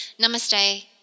Namaste